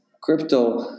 crypto